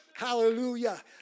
Hallelujah